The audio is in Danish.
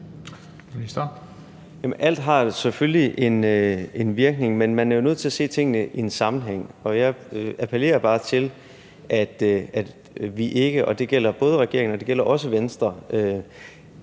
alt har selvfølgelig en virkning, men man er jo nødt til at se tingene i en sammenhæng. Jeg appellerer bare til, at vi ikke – og det gælder både regeringen og også Venstre